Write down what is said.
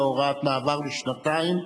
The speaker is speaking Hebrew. בהוראת מעבר לשנתיים.